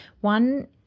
One